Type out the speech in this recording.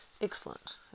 Excellent